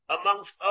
amongst